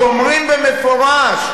שאומרים במפורש: